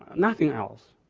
nothing else.